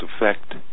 effect